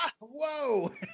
Whoa